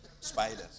spiders